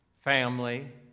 family